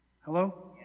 Hello